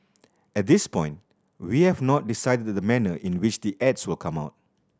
at this point we have not decided the manner in which the ads will come out